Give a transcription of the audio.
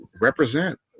represent